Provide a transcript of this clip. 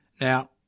Now